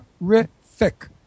Terrific